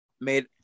made